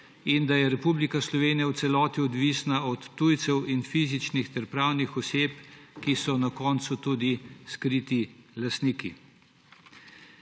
da je Republika Slovenija v celoti odvisna od tujcev in fizičnih ter pravnih oseb, ki so na koncu tudi skriti lastniki.